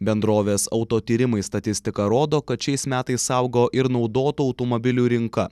bendrovės autotyrimai statistika rodo kad šiais metais augo ir naudotų automobilių rinka